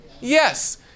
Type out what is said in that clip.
Yes